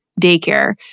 daycare